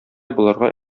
боларга